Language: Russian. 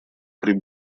при